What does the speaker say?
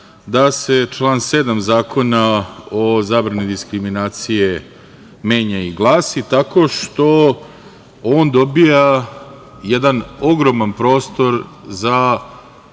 da se član 7. Zakona o zabrani diskriminacije menja i glasi tako što on dobija jedan ogroman prostor za